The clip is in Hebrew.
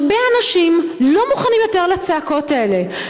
הרבה אנשים לא מוכנים יותר לצעקות האלה,